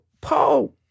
Paul